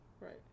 Right